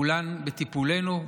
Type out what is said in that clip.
כולם בטיפולנו,